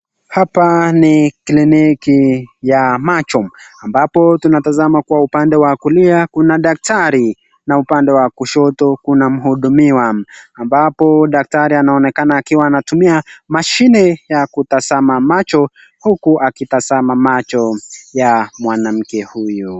Hapa ni kliniki ya macho ambapo tunatazama kwa upande wa kulia kuna daktari na upande wa kushoto kuna mhudumiwa. Ambapo daktari anaonekana akiwa anatumia mashine ya kutazama macho huku akitazama macho ya mwanamke huyu.